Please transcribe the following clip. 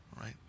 right